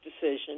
decision